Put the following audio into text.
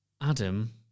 Adam